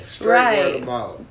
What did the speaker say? Right